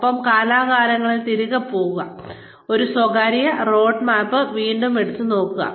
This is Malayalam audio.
ഒപ്പം കാലാകാലങ്ങളിൽ തിരികെ പോകുക ഈ സ്വകാര്യ റോഡ്മാപ്പ് വീണ്ടും എടുത്ത് നോക്കുക